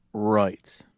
Right